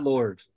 Lord